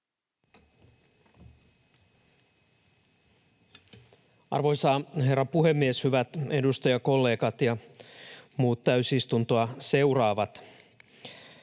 Arvoisa herra puhemies! Hyvät edustajakollegat ja muut täysistuntoa seuraavat!